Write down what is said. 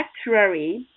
actuary